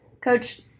Coach